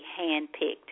handpicked